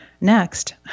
next